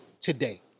today